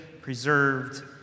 preserved